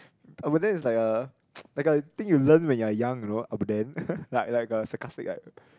ppo about then is like a ppo like a thing you learn when you are young you know about then ppo like like a sarcastic like